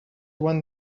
one